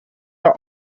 are